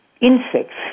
insects